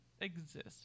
exist